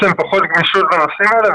יש להם פחות גמישות בנושאים האלה.